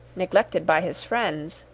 neglected by his friends,